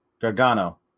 Gargano